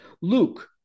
Luke